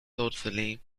thoughtfully